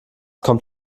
kommt